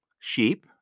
Sheep